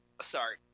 Sorry